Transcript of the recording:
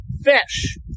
fish